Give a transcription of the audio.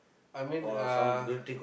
I mean uh